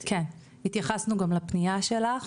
כן, התייחסנו גם לפנייה שלך